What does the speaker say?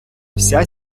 вся